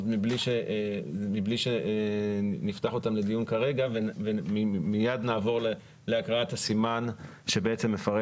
מבלי שנפתח אותן לדיון כרגע ומיד נעבור להקראת הסימן שבעצם מפרט